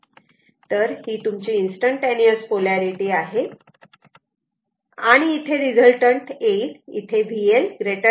तर ही तुमची इन्स्टंटटेनिअस पोलारिटी आहे आणि इथे रिझल्टंट येईल इथे VL VC आहे